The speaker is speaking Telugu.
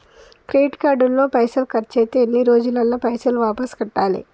క్రెడిట్ కార్డు లో పైసల్ ఖర్చయితే ఎన్ని రోజులల్ల పైసల్ వాపస్ కట్టాలే?